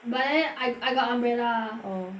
but then I I got umbrella oh